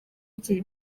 iki